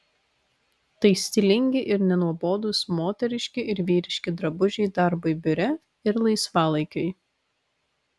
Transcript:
tai stilingi ir nenuobodūs moteriški ir vyriški drabužiai darbui biure ir laisvalaikiui